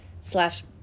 slash